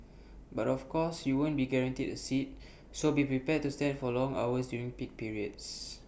but of course you won't be guaranteed A seat so be prepared to stand for long hours during peak periods